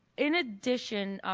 in addition,